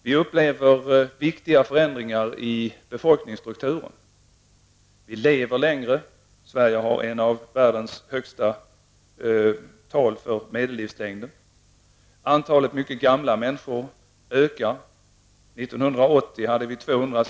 Vi upplever viktiga förändringar i befolkningsstrukturen. Vi lever längre. Sverige har en av världens högsta medellivslängder. Antalet mycket gamla människor ökar.